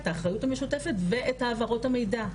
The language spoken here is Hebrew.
את האחריות המשותפת ואת העברות המידע.